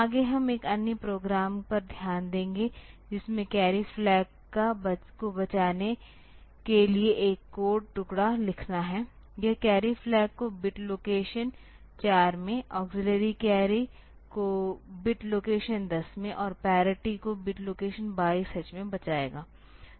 आगे हम एक अन्य प्रोग्राम पर ध्यान देंगे जिसमें कैरी फ्लैग को बचाने के लिए एक कोड टुकड़ा लिखना है यह कैरी फ्लैग को बिट लोकेशन 4 में अक्सिल्लरी कैरी को बिट लोकेशन 10 में और पैरिटी को बिट्स लोकेशन 22h में बचाएगा